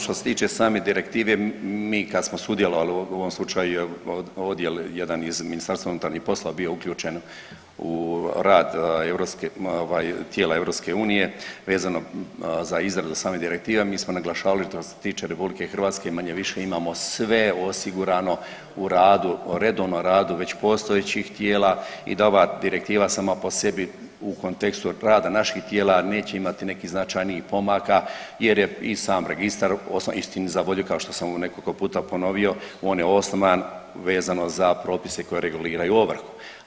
Što se tiče same direktive mi kad smo sudjelovali u ovom slučaju je odjel jedan iz MUP-a bio uključen u rad europske ovaj tijela EU vezano za izrade same direktive, mi smo naglašavali što se tiče RH manje-više imamo sve osigurano u radu, redovnom radu već postojećih tijela i da ova direktiva sama po sebi u kontekstu rada naših tijela neće imati nekih značajnijih pomaka jer je i sam registar istini za volju kao što sam nekoliko puta ponovio, on je osnovan vezano za propise koji reguliraju ovrhu.